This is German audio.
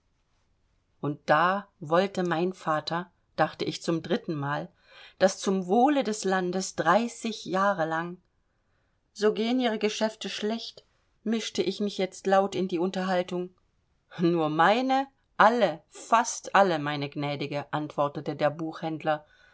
und da wollte mein vater dachte ich zum drittenmale daß zum wohle des landes dreißig jahre lang so gehen ihre geschäfte schlecht mischte ich mich jetzt laut in die unterhaltung nur meine alle fast alle meine gnädige antwortete der buchhändler